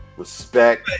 respect